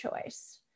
choice